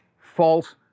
false